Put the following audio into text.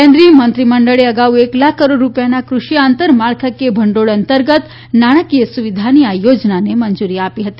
કેન્દ્રિય મંત્રીમંડળે અગાઉ એક લાખ કરોડ રૂપિયાના કૃષિ આંતરમાળખાકીય ભંડોળ અંતર્ગત નાણાકીય સુવિધાની આ યોજનાને મંજુરી આપી હતી